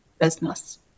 business